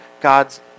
God's